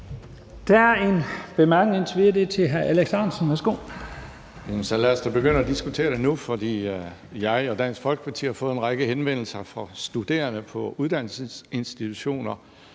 Alex Ahrendtsen (DF): Så lad os da begynde at diskutere det nu. For jeg og Dansk Folkeparti har fået en række henvendelser fra studerende på uddannelsesinstitutioner,